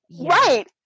Right